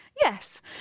yes